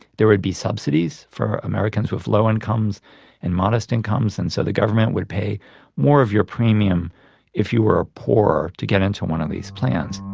there would be subsidies for americans with low incomes and modest incomes, and so the government would pay more of your premium if you were ah poor, to get into one of these plans.